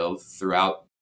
throughout